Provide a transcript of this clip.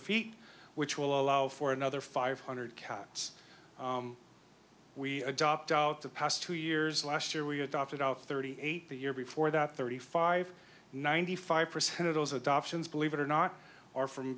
feet which will allow for another five hundred cats we adopt out the past two years last year we adopted out thirty eight the year before that thirty five ninety five percent of those adoptions believe it or not are from